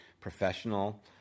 professional